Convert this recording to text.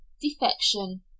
defection